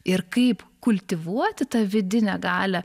ir kaip kultivuoti tą vidinę galią